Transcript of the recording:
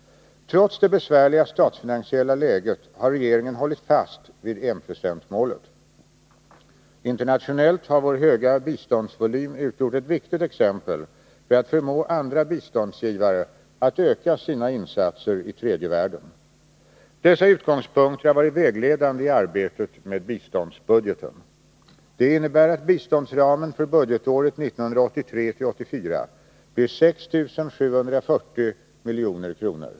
Trots det besvärliga statsfinansiella läget har regeringen hållit fast vid enprocentsmålet. Internationellt har vår höga biståndsvolym utgjort ett viktigt exempel för att förmå andra biståndsgivare att öka sina insatser i tredje världen. Dessa utgångspunkter har varit vägledande i arbetet med biståndsbudgeten. Det innebär att biståndsramen för budgetåret 1983/84 blir 6740 milj.kr.